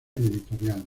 editorial